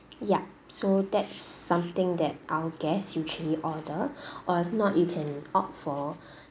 yup so that's something that our guests usually order or if not you can opt for